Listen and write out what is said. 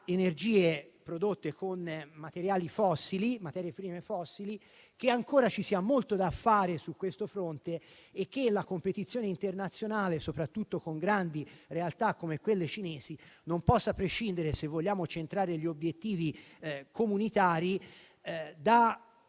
energie prodotte con materie prime fossili, che ancora ci sia molto da fare su questo fronte e che la competizione internazionale, soprattutto con grandi realtà come quelle cinesi, non possa prescindere, se vogliamo centrare gli obiettivi comunitari, da